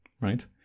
Right